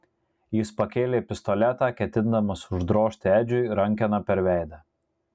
jis pakėlė pistoletą ketindamas uždrožti edžiui rankena per veidą